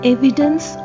Evidence